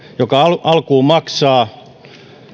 mikä alkuun maksaa